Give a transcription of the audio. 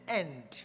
end